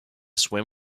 swim